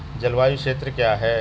जलवायु क्षेत्र क्या है?